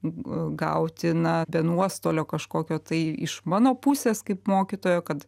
gauti na be nuostolio kažkokio tai iš mano pusės kaip mokytojo kad